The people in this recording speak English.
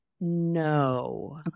No